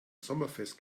sommerfest